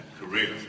career